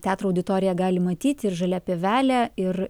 teatro auditorija gali matyti ir žalia pievelė ir